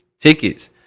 tickets